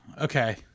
okay